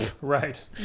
right